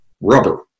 rubber